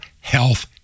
health